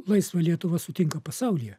laisvą lietuvą sutinka pasaulyje